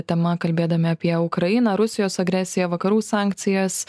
tema kalbėdami apie ukrainą rusijos agresiją vakarų sankcijas